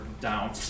down